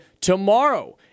tomorrow